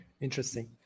Interesting